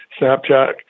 snapchat